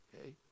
Okay